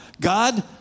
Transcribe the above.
God